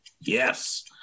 Yes